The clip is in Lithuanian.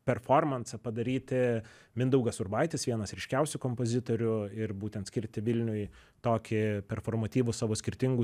performansą padaryti mindaugas urbaitis vienas ryškiausių kompozitorių ir būtent skirti vilniui tokį performatyvų savo skirtingų